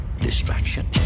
distraction